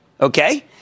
Okay